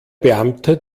beamte